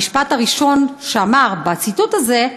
המשפט הראשון שאמר בציטוט הזה,